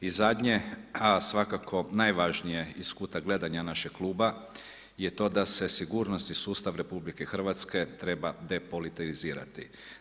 I zadnje, a svakako najvažnije iz kuta gledanja našeg kluba, je to da se sigurnosti sustav RH treba depolitizirati.